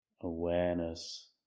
Awareness